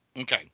Okay